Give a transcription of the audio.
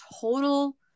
total